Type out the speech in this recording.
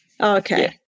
Okay